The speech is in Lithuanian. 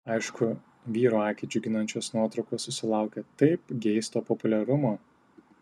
aišku vyrų akį džiuginančios nuotraukos susilaukia taip geisto populiarumo